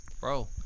Bro